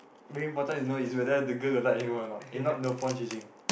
very important to know is whether the girl got like anyone or not if not no point chasing